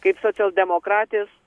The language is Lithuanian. kaip socialdemokratės